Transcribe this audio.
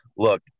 look